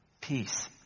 peace